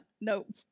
Nope